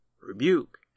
rebuke